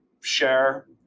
share